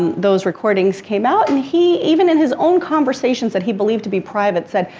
those recordings came out and he, even in his own conversations that he believed to be private said,